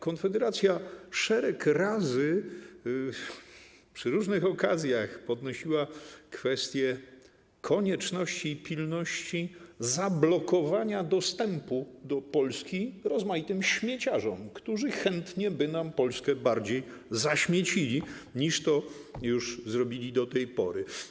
Konfederacja wiele razy przy różnych okazjach podnosiła kwestię konieczności i pilności zablokowania dostępu do Polski rozmaitym śmieciarzom, którzy chętnie by nam Polskę bardziej zaśmiecili, niż to już zrobili do tej pory.